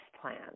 plan